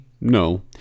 No